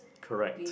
correct